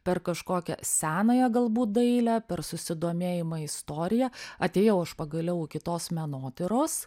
per kažkokią senąją galbūt dailę per susidomėjimą istorija atėjau aš pagaliau iki tos menotyros